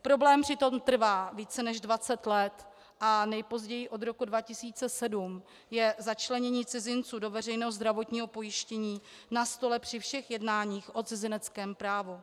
Problém přitom trvá více než dvacet let a nejpozději od roku 2007 je začlenění cizinců do veřejného zdravotního pojištění na stole při všech jednáních o cizineckém právu.